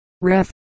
ref